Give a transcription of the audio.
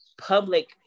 public